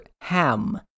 Ham